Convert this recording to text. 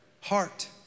heart